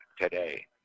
today